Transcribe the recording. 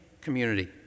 community